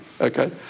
okay